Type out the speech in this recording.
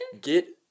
get